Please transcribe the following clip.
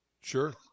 Sure